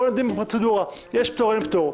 פה דנים בפרוצדורה יש פטור, אין פטור.